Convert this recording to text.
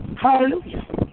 Hallelujah